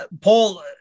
Paul